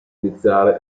iniziare